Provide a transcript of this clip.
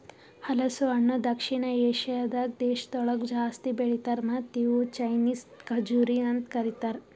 ಹಲಸು ಹಣ್ಣ ದಕ್ಷಿಣ ಏಷ್ಯಾದ್ ದೇಶಗೊಳ್ದಾಗ್ ಜಾಸ್ತಿ ಬೆಳಿತಾರ್ ಮತ್ತ ಇವುಕ್ ಚೈನೀಸ್ ಖಜುರಿ ಅಂತ್ ಕರಿತಾರ್